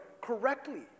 correctly